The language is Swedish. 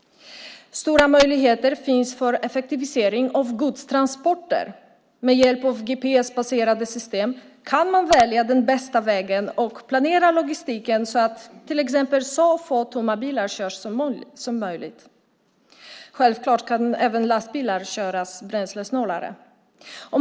Stora möjligheter finns för effektivisering av godstransporter. Med hjälp av gps-baserade system kan man välja den bästa vägen och planera logistiken så att till exempel så få tomma bilar körs som möjligt. Självklart kan även lastbilar köras bränslesnålare.